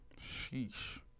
Sheesh